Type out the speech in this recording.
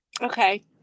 okay